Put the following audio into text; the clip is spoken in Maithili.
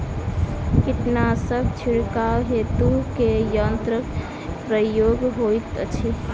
कीटनासक छिड़काव हेतु केँ यंत्रक प्रयोग होइत अछि?